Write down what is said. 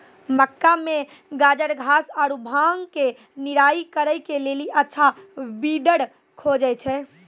मक्का मे गाजरघास आरु भांग के निराई करे के लेली अच्छा वीडर खोजे छैय?